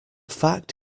fact